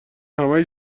همش